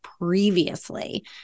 previously